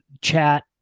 chat